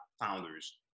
founders